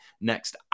next